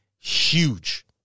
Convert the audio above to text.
huge